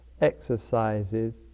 exercises